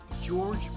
George